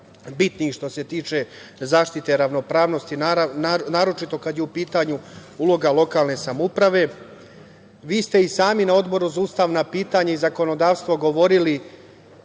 događaja što se tiče zaštite ravnopravnosti, naročito kada je u pitanju uloga lokalne samouprave. Vi ste i sami na Odboru za ustavna pitanja i zakonodavstvo odgovorili